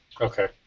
Okay